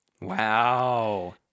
wow